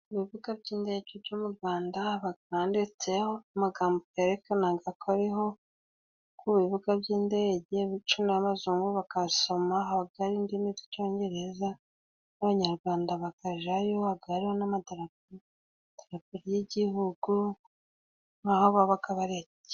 Ibibuga by'indege byo mu Rwanda haba handitseho amagambo yerekana ko ariho ku bibuga by'indege. Bityo n'abazungu bagasoma. Aba ari indimi z' icyongereza. Abanyarwanda bakajyayo haba hariho n'iterambere ry'Igihugu n'aho baba berekeye.